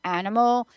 animal